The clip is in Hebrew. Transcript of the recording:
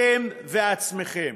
אתם ועצמכם,